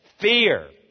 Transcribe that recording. fear